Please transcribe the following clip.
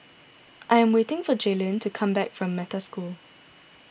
I am waiting for Jaylyn to come back from Metta School